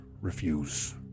refuse